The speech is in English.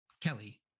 Kelly